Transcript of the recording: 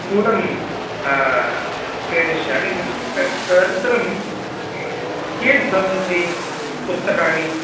नूनं क्रीणिष्यामि तदनन्तरं कियत् भवन्ति पुस्तकाणि